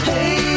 Hey